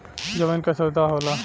जमीन क सौदा होला